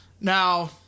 Now